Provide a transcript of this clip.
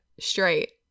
straight